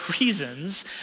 reasons